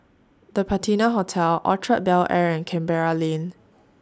The Patina Hotel Orchard Bel Air and Canberra Lane